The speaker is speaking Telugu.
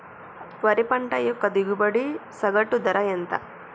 వరి పంట యొక్క దిగుబడి సగటు ధర ఎంత?